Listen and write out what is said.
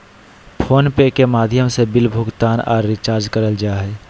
phone पे के माध्यम से बिल भुगतान आर रिचार्ज करल जा हय